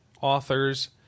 author's